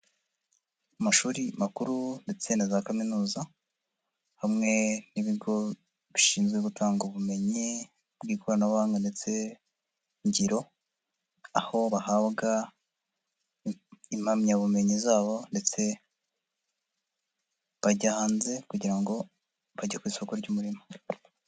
Amashuri makuru ndetse na za kaminuza, hamwe n'ibigo bishinzwe gutanga ubumenyi bw'ikoranabuhanga ndetse ngiro, aho bahabwa impamyabumenyi zabo ndetse bajya hanze kugira ngo bajye ku isoko ry'umurimo.